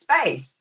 space